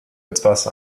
etwas